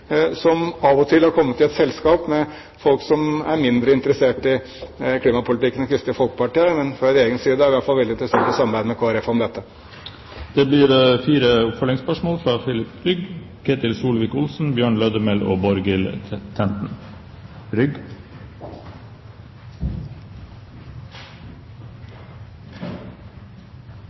som av og til er kommet i et selskap med folk som er mindre interessert i klimapolitikken Kristelig Folkeparti har. Fra Regjeringens side er vi i hvert fall veldig tilfreds med samarbeidet med Kristelig Folkeparti om dette. Det blir fire oppfølgingsspørsmål – først Filip Rygg. Som vararepresentant for Hordaland og